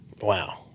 wow